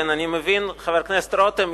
חבר הכנסת רותם,